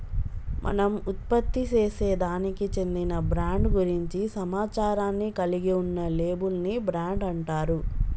మనం ఉత్పత్తిసేసే దానికి చెందిన బ్రాండ్ గురించి సమాచారాన్ని కలిగి ఉన్న లేబుల్ ని బ్రాండ్ అంటారు